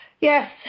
Yes